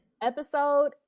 episode